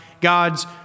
God's